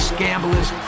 gamblers